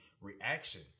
reaction